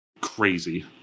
crazy